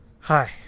hi